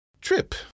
trip